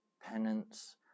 penance